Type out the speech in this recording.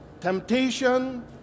Temptation